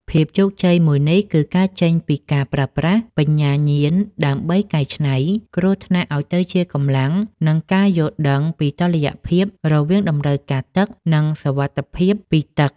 ភាពជោគជ័យមួយនេះ គឺកើតចេញពីការប្រើប្រាស់បញ្ញាញាណដើម្បីកែច្នៃ គ្រោះថ្នាក់ឱ្យទៅជាកម្លាំង និងការយល់ដឹងពីតុល្យភាពរវាងតម្រូវការទឹក និងសុវត្ថិភាពពីទឹក។